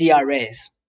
CRAs